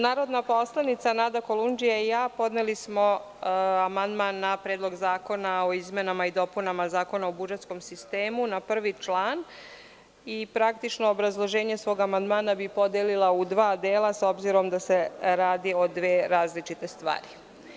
Narodna poslanica Nada Kolundžija i ja, podnele smo amandman na Predlog zakona o izmenama i dopunama Zakona o budžetskom sistemu na prvi član i praktično obrazloženje svog amandmana bih podelila u dva dela s obzirom da se radi o dve različite stvari.